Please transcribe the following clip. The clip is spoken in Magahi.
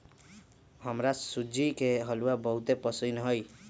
हमरा सूज्ज़ी के हलूआ बहुते पसिन्न हइ